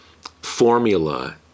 formula